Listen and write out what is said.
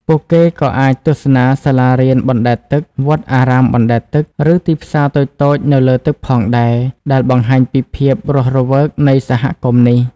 ពួកគេក៏អាចទស្សនាសាលារៀនបណ្ដែតទឹក វត្តអារាមបណ្ដែតទឹក ឬទីផ្សារតូចៗនៅលើទឹកផងដែរ ដែលបង្ហាញពីភាពរស់រវើកនៃសហគមន៍នេះ។